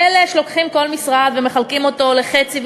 מילא שלוקחים כל משרד ומחלקים אותו לחצי,